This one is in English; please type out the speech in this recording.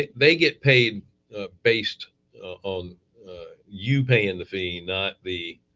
they get paid based on you paying the fee, not the